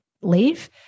leave